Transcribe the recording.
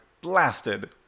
blasted